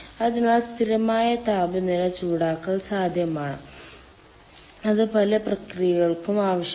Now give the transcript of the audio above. അതിനാൽ സ്ഥിരമായ താപനില ചൂടാക്കൽ സാധ്യമാണ് അത് പല പ്രക്രിയകൾക്കും ആവശ്യമാണ്